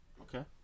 Okay